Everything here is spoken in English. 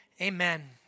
amen